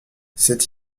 cet